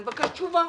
אני מבקש תשובה,